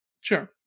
Sure